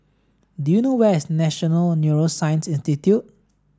do you know where is National Neuroscience Institute